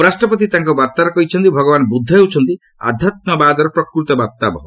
ଉପରାଷ୍ଟ୍ରପତି ତାଙ୍କ ବାର୍ତ୍ତାରେ କହିଛନ୍ତି ଭଗବାନ ବୁଦ୍ଧ ହେଉଛନ୍ତି ଆଧାତ୍ମବାଦର ପ୍ରକୃତ ବାର୍ଭାବହ